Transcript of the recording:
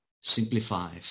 simplify